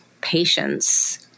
patience